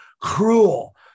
cruel